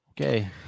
Okay